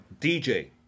DJ